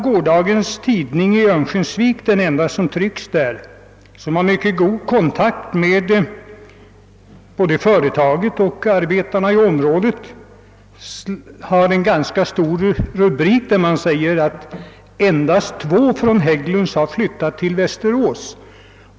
Gårdagens tidning i Örnsköldsvik — den enda som trycks där och som har mycket god kontakt med både företagen och arbetarna i området — har en ganska stor rubrik där man meddelar att endast två från Hägglunds har flyttat till Västerås.